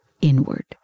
inward